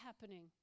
happening